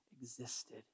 existed